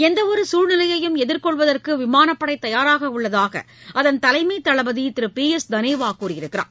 எந்தவொரு சூழ்நிலையையும் எதிர்கொள்வதற்கு விமானப்படை தயாராக உள்ளதாக அதள் தலைமை தளபதி பி எஸ் தனோவா கூறியுள்ளார்